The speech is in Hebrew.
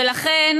ולכן,